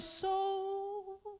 soul